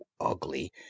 ugly